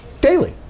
daily